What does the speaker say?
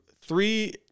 three